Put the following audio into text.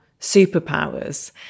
superpowers